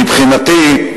מבחינתי,